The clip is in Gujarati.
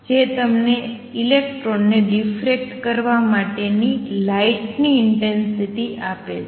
જે તમને ઇલેક્ટ્રોનને ડિફરેક્ટ કરવા માટેની લાઇટની ઇંટેંસિટી આપે છે